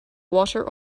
water